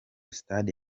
stade